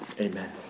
Amen